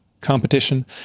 competition